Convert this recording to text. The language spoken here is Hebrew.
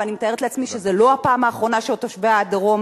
ואני מתארת לעצמי שזו לא הפעם האחרונה שתושבי הדרום